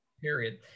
Period